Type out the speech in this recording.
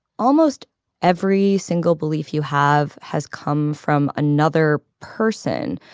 almost every single belief you have has come from another person.